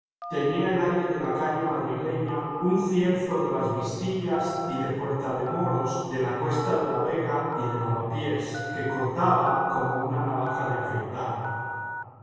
tenía el aire de la calle madrileña un cierzo de las vistillas y de puerta de moros de la cuesta de la vega y de lavapiés que cortaba como una navaja de afeitar